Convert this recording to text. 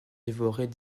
dévorait